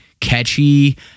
catchy